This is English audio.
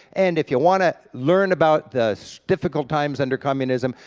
and if you want to learn about the so difficult times under communism,